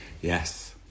Yes